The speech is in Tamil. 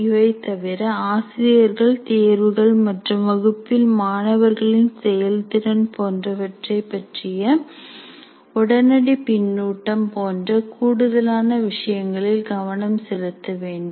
இவை தவிர ஆசிரியர்கள் தேர்வுகள் மற்றும் வகுப்பில் மாணவர்களின் செயல்திறன் போன்றவற்றைப் பற்றிய உடனடி பின்னூட்டம் போன்ற கூடுதலான விஷயங்களில் கவனம் செலுத்த வேண்டும்